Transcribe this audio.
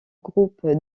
groupe